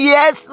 Yes